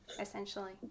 essentially